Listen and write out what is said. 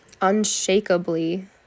unshakably